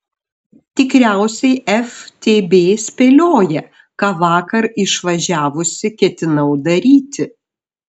tikriausiai ftb spėlioja ką vakar išvažiavusi ketinau daryti